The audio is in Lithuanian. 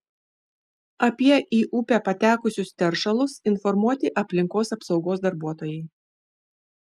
apie į upę patekusius teršalus informuoti aplinkos apsaugos darbuotojai